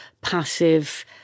passive